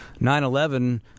9-11